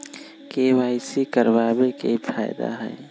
KYC करवाबे के कि फायदा है?